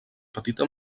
petita